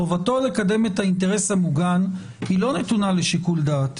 חובתו לקדם את האינטרס המוגן לא נתונה לשיקול דעת.